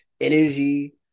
energy